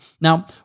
Now